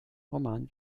roman